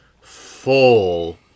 full